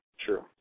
true